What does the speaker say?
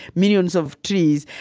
millions of trees,